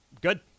Good